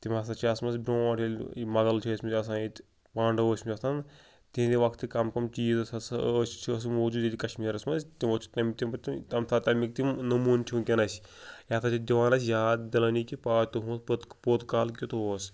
تِم ہَسا چھِ آسٕمٕژ برٛونٛٹھ ییٚلہِ یہِ مۄغل چھِ ٲسۍمٕتۍ آسان ییٚتہِ پانڈو ٲسۍمٕتۍ آسان تِہِنٛدِ وَقتہٕ کَم کَم چیٖز ہَسا ٲسۍ چھِ ٲسۍمٕتۍ موٗجوٗد ییٚتہِ کَشمیٖرَس منٛز تِمو چھِ تَمیُک تِم نموٗن چھِ وٕنۍکٮ۪ن اَسہِ یہِ ہَسا چھِ دِوان اَسہِ یاد دِلٲنی کہِ پات تُہُنٛد پوٚت پوٚت کال کیُتھ اوس